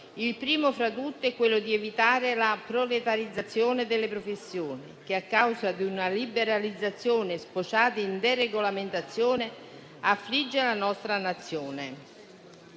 il primo fra tutti è quello di evitare la proletarizzazione delle professioni, che a causa di una liberalizzazione sfociata in deregolamentazione affligge la nostra Nazione.